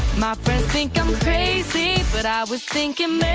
my friends think i'm crazy, but i was thinking,